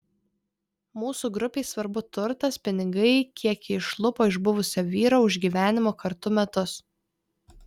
mūsų grupei svarbu turtas pinigai kiek ji išlupo iš buvusio vyro už gyvenimo kartu metus